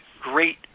great